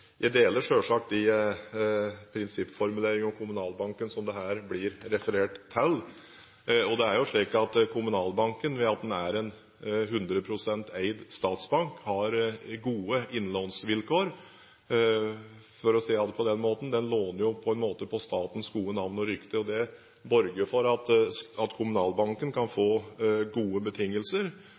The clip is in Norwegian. Jeg deler selvsagt de prinsippformuleringer om Kommunalbanken som det her blir referert til. Det er jo slik at Kommunalbanken, ved at den er en 100 pst. eid statsbank, har gode innlånsvilkår. For å si det på den måten: Den låner jo på en måte på statens gode navn og rykte. Det borger for at Kommunalbanken kan få gode betingelser